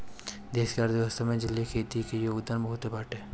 देश के अर्थव्यवस्था में जलीय खेती के योगदान बहुते बाटे